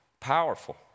Powerful